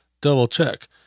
double-check